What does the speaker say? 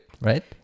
right